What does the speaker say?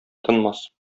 тынмас